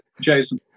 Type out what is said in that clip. Jason